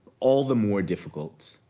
all the more difficult,